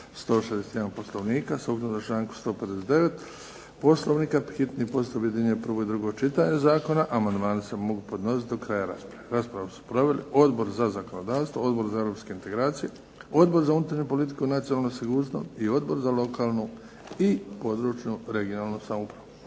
161. Poslovnika, sukladno članku 159. Poslovnika, hitni postupak objedinjuje prvo i drugo čitanje Zakona, amandmani se mogu podnositi do kraja rasprave. Raspravu su proveli Odbor za zakonodavstvo, Odbor za Europske integracije, Odbor za unutarnju politiku i nacionalnu sigurnost i Odbor za lokalnu i područnu, regionalnu samoupravu.